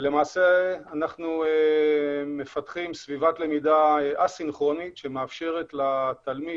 למעשה אנחנו מפתחים סביבת למידה א-סינכרונית שמאפשרת לתלמיד